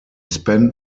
spent